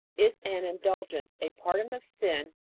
is an indulgence a pardon of sin,